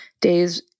days